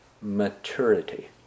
Maturity